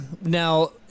Now